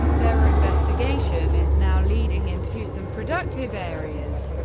their investigation is now leading into some productive areas.